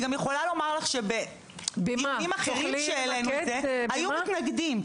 אני גם יכולה לומר לך שבדיונים אחרים בהם העלינו את זה היו מתנגדים.